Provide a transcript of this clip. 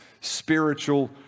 spiritual